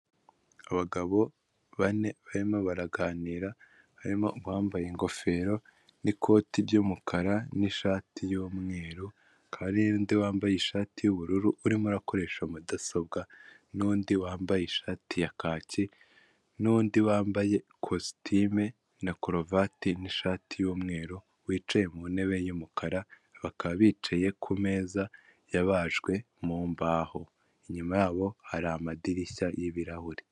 Abagabo bane barimo baraganira harimo uwambaye ingofero n'ikoti ry'umukara n'ishati y'umweru hakaba hari n'undi wambaye ishati y'ubururu urimo akoresha mudasobwa n'undi wambaye ishati ya kaki n'undi wambaye ikositimu na karuvati n'ishati y'umweru wicaye mu ntebe y'umukara bakaba bicaye ku meza yabajwe mu mbaho inyuma yabo hari amadirishya y'ibirahure.